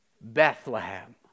Bethlehem